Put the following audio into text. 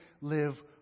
live